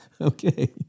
Okay